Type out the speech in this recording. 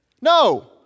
No